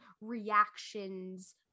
reactions